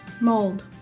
Mold